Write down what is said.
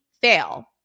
fail